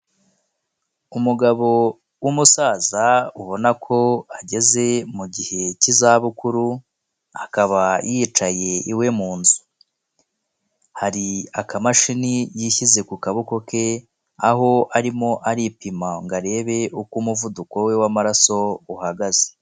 Umugabo w'umusaza ubona ko ageze mu gihe cy'izabukuru, akaba yicaye iwe mu nzu hari akamashini yishyize ku kaboko ke aho arimo aripima ngo arebe uko umuvuduko we w'amaraso uhagaze.